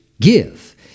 Give